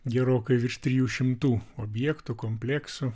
gerokai virš trijų šimtų objektų kompleksų